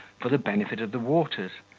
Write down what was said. for the benefit of the waters,